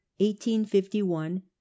1851